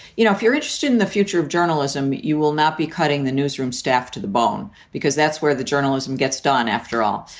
you know if you're interested in the future of journalism, you will not be cutting the newsroom staff to the bone because that's where the journalism gets done after all.